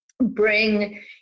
bring